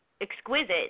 exquisite